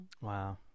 wow